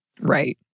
Right